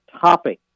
topping